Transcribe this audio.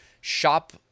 shop